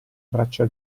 braccia